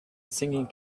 singing